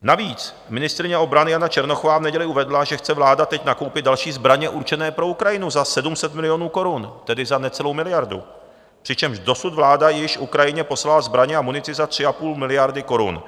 Navíc ministryně obrany Jana Černochová v neděli uvedla, že chce vláda teď nakoupit další zbraně určené pro Ukrajinu za 700 milionů korun, tedy za necelou miliardu, přičemž dosud vláda již Ukrajině poslala zbraně a munici za 3,5 miliardy korun.